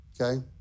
okay